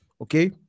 Okay